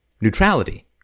neutrality